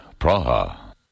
Praha